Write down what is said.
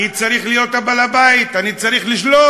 אני צריך להיות בעל-הבית, אני צריך לשלוט.